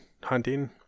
hunting